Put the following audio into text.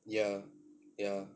ya ya